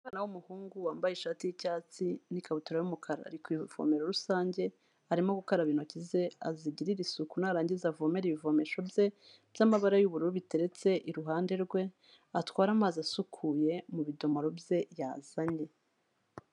Umwana w'umuhungu wambaye ishati y'icyatsi n'ikabutura y'umukara, ari kwivomero rusange, arimo gukaraba intoki ze, azigirire isuku, narangiza avomere ibivomesho bye, by'amabara y'ubururu biteretse iruhande rwe, atware amazi asukuye mu bidomoro bye yazanye.